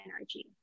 energy